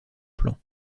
plan